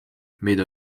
meid